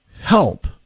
help